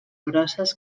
grosses